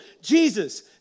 Jesus